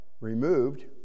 Removed